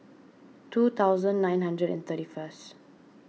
two thousand nine hundred and thirty first